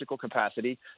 capacity